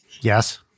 Yes